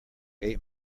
ate